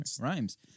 rhymes